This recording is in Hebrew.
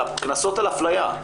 אלא קנסות על אפליה.